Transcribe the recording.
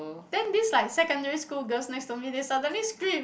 then this like secondary school girls next to me they suddenly scream